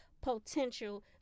potential